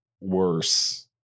Worse